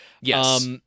Yes